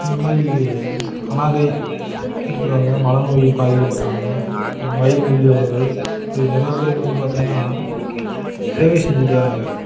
இந்த மாதிரி அனாதை இருக்குறவங்க மனநோய் பாதிக்கப்பட்டவங்க வயது முதிர்ந்தவர்கள் இப்படி நிறையா பேருக்கு வந்து பார்த்தீங்கன்னா சேவை செஞ்சுட்டு வராங்க